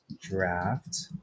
Draft